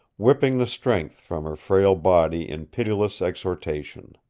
whipping the strength from her frail body in pitiless exhortation.